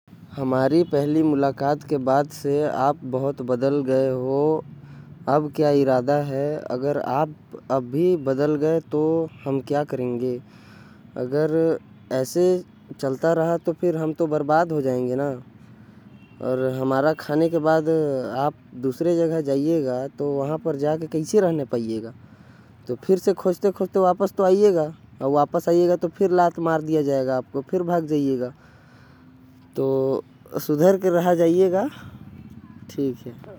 हमारी पहली मुलाक़ात के बाद से आप बहुत बदल गए हो। अब क्या इरादा है अगर आप अब भी बदल गए तो क्या हम करेंगे। अगर ऐसे चलता रहा तो हम तो बर्बाद हो जाएंगे न अउ। हमारा खाने के बाद फिर से दूसरे जगह भाग जाएगा। फिर वहां कैसे रह पाइयेगा लात खाइयेगा आ जाइयेगा। तो यहाँ से भी लात पड़ेगा तो सुधर कर रह जाइएगा।